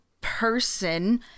person